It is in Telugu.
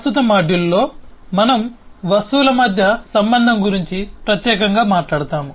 ప్రస్తుత మాడ్యూల్లో మనం వస్తువుల మధ్య సంబంధం గురించి ప్రత్యేకంగా మాట్లాడుతాము